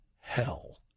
hell